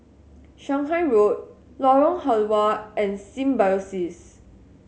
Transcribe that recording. Shanghai Road Lorong Halwa and Symbiosis